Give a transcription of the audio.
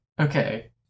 okay